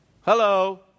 Hello